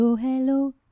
Hello